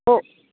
oh